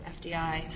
FDI